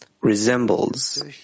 resembles